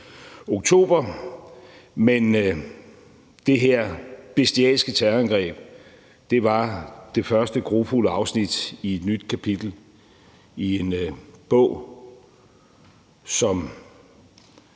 oktober, men det her bestialske terrorangreb var det første grufulde afsnit i et nyt kapitel i en bog, som